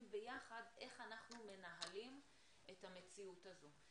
ביחד איך אנחנו מנהלים את המציאות הזו.